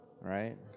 Right